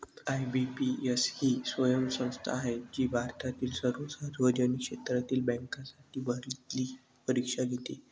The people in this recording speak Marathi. आय.बी.पी.एस ही स्वायत्त संस्था आहे जी भारतातील सर्व सार्वजनिक क्षेत्रातील बँकांसाठी भरती परीक्षा घेते